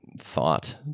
thought